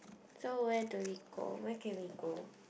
so where do we go where can we go